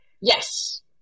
Yes